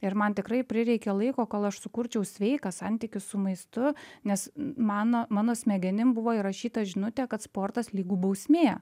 ir man tikrai prireikė laiko kol aš sukurčiau sveiką santykį su maistu nes mano mano smegenims buvo įrašyta žinutė kad sportas lygu bausmė